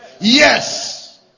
Yes